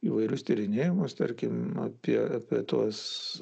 įvairius tyrinėjimus tarkim apie apie tuos